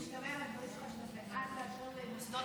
משתמע מהדברים שלך שאתה בעד לאפשר למוסדות